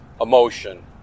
emotion